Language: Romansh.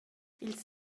ils